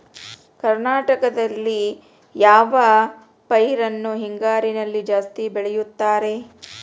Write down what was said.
ಕರ್ನಾಟಕದಲ್ಲಿ ಯಾವ ಪೈರನ್ನು ಹಿಂಗಾರಿನಲ್ಲಿ ಜಾಸ್ತಿ ಬೆಳೆಯುತ್ತಾರೆ?